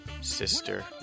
sister